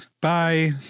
bye